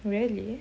really